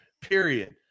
Period